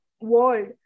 world